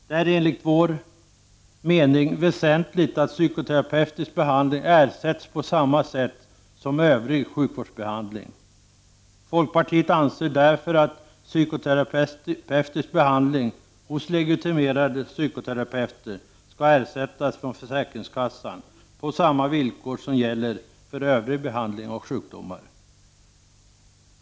Det är enligt vår mening väsentligt att psykoterapeutisk behandling ersätts på samma vis som övrig sjukvårdsbehandling. Folkpartiet anser därför att psykoterapeutisk behandling hos legitimerade psykoterapeuter skall ersättas från försäkringskassan på samma villkor som gäller för övrig behandling av sjukdomar.